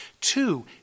two